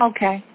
Okay